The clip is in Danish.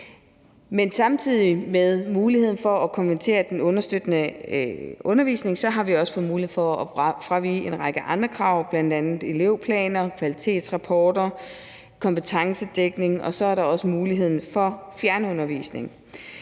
samtidig med muligheden for at konvertere den understøttende undervisning har vi også fået mulighed for at fravige en række andre krav, bl.a. elevplaner, kvalitetsrapporter, kompetencedækning, og så er der